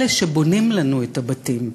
אלה שבונים לנו את הבתים,